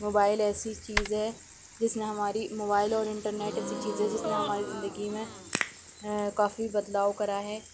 mobile ایسی چیز ہے جس نے ہماری موبائل اور انٹرنیٹ ایسی چیز ہے جس نے ہماری زندگی میں کافی بدلاؤ کرا ہے